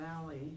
Valley